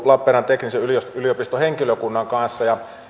lappeenrannan teknillisen yliopiston henkilökunnan kanssa ja